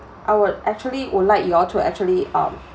I would actually would like you all to actually um